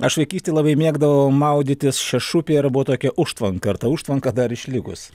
aš vaikystėj labai mėgdavau maudytis šešupėj ir buvo tokia užtvanka ar ta užtvanka dar išlikus